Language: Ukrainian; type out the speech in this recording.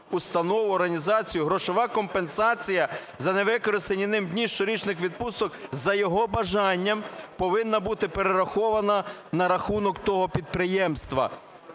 установу, організацію грошова компенсація за невикористані ним дні щорічних відпусток за його бажанням повинна бути перерахована на рахунок того підприємства,